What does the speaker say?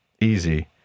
Easy